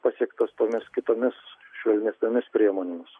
pasiektas tomis kitomis švelnesnėmis priemonėmis